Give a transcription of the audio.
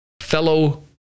fellow